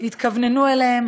והתכווננו אליהם,